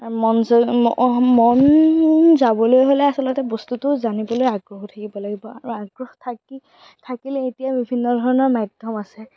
মন যায় মন যাবলৈহ'লে আচলতে বস্তুটো বনাবলৈ আগ্ৰহ থাকিব লাগিব আৰু আগ্ৰহ থাকি থাকিলে এতিয়া বিভিন্ন ধৰণৰ মাধ্যম আছে